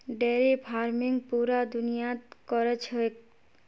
dairy farming पूरा दुनियात क र छेक